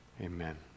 Amen